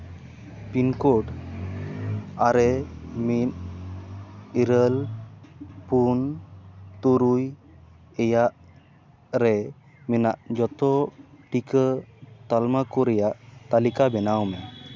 pin code ᱟᱨᱮ ᱢᱤᱫ ᱤᱨᱟᱹᱞ ᱯᱩᱱ ᱛᱩᱨᱩᱭ ᱮᱭᱟᱜ ᱨᱮ ᱢᱮᱱᱟᱜ ᱡᱚᱛᱚ ᱴᱤᱠᱟᱹ ᱛᱟᱞᱢᱟ ᱠᱚ ᱨᱮᱭᱟᱜ ᱛᱟᱹᱞᱤᱠᱟ ᱵᱮᱱᱟᱣ ᱢᱮ